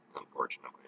unfortunately